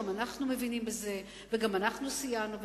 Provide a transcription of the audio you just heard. גם אנחנו מבינים בזה וגם אנחנו סייענו,